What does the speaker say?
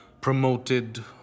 promoted